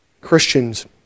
Christians